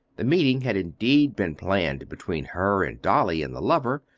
the meeting had indeed been planned between her and dolly and the lover,